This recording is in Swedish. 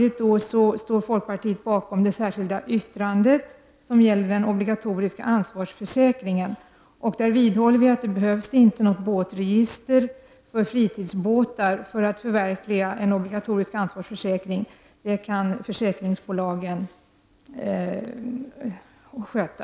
Folkpartiet står också bakom det särskilda yttrandet, som gäller obligatorisk ansvarsförsäkring. Vi vidhåller att det inte behövs något båtregister för fritidsbåtar för att man skall kunna förverkliga en obligatorisk ansvarsförsäkring. Det kan försäkringsbolagen sköta.